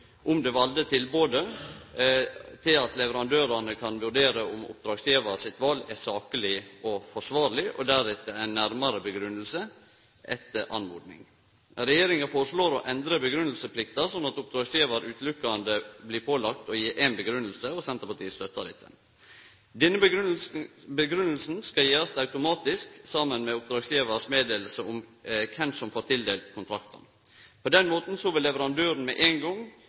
om det valde tilbodet til at leverandørane kan vurdere om oppdragsgjevar sitt val er sakleg og forsvarleg, og deretter ei nærare grunngjeving etter oppmoding. Regjeringa foreslår å endre grunngjevingsplikta, slik at oppdragsgjevar utelukkande blir pålagd éi grunngjeving, og Senterpartiet støttar dette. Denne grunngjevinga skal gjevast automatisk, saman med oppdragsgjevars kunngjering om kven som får tildelt kontrakten. På den måten vil leverandøren med ein gong